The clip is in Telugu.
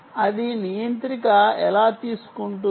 అది నియంత్రిక ఎలా తీసుకుంటుంది